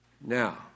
Now